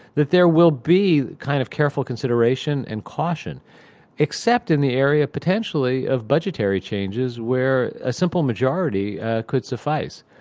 that there will be kind of careful consideration and caution except in the area potentially of budgetary changes where a simple majority could suffice.